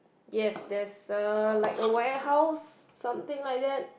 yes there's a like a warehouse something like that